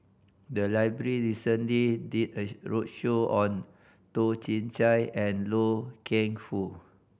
the library recently did a roadshow on Toh Chin Chye and Loy Keng Foo